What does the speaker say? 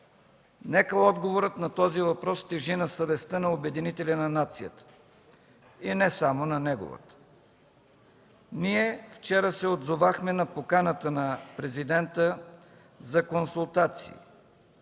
Нека отговорът на този въпрос тежи на съвестта на обединителя на нацията, и не само на неговата. Ние вчера се отзовахме на поканата на Президента за консултации.